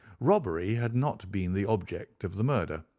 robbery had not been the object of the murder,